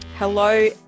Hello